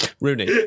Rooney